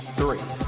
three